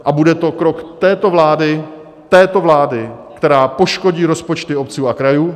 A bude to krok této vlády, této vlády, která poškodí rozpočty obcí a krajů.